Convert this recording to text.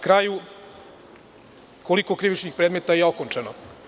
Koliko krivičnih predmeta je okončano?